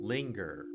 Linger